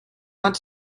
want